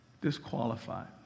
disqualified